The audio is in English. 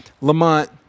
lamont